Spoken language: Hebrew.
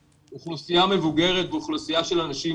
יש אוכלוסייה מבוגרת ואוכלוסייה של אנשים